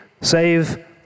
save